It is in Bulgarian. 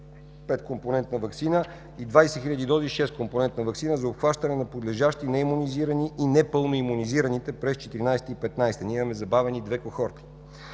петкомпонентна ваксина и 20 хиляди дози шесткомпонентна ваксина за обхващане на подлежащи, не имунизирани и непълно имунизираните през 2014 и 2015 г. – имаме забавени две кохорти.